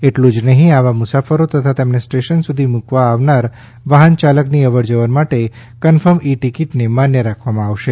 એટલું જ નહિ આવા મુસાફરો તથા તેમને સ્ટેશન સુધી મૂકવા આવનારા વાહનચાલકની અવર જવર માટે કન્ફર્મ ઇ ટિકીટને માન્ય રાખવામાં આવશે